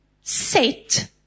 set